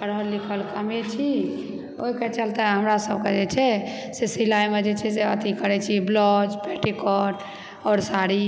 पढ़ल लिखल कमे छी ओहिके चलते हमरा सभकेँ जे छै से सिलाइमऽ जे छै से अथी करैत छी ब्लाउज पेटीकोट आओर साड़ी